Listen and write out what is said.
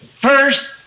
first